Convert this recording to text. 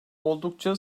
oldukça